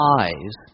eyes